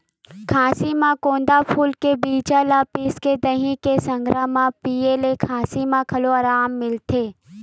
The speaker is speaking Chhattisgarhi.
खाँसी म गोंदा फूल के बीजा ल पिसके दही के संघरा म पिए ले खाँसी म घलो अराम मिलथे